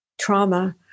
trauma